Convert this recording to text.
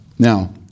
Now